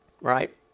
right